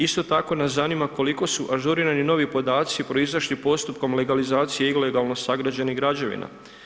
Isto tako nas zanima koliko su ažurirani novi podaci proizašli postupkom legalizacije ilegalno sagrađenih građevina.